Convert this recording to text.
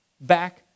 back